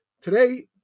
Today